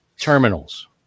terminals